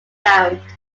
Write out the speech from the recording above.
found